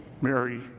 Mary